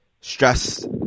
stress